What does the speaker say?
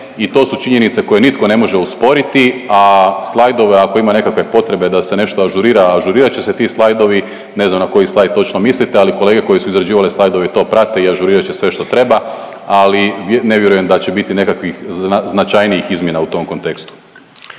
I to su činjenice koje nitko ne može osporiti, a slajdove ako ima nekakve potrebe da se nešto ažurira, ažurirat će se. Ti slajdovi, ne znam na koji slajd točno mislite, ali kolege koji su izrađivali slajdove to prate i ažurirat će sve što treba, ali ne vjerujem da će biti nekakvih značajnijih izmjena u tom kontekstu.